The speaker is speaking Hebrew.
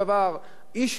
עשיר מופלג,